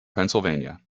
pennsylvania